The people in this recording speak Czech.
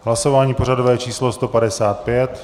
Hlasování pořadové číslo 155.